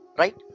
right